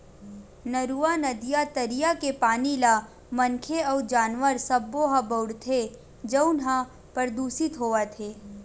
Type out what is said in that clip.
नरूवा, नदिया, तरिया के पानी ल मनखे अउ जानवर सब्बो ह बउरथे जउन ह परदूसित होवत हे